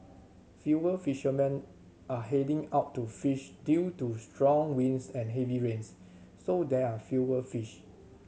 fewer fishermen are heading out to fish due to strong winds and heavy rains so there are fewer fish